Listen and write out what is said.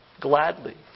gladly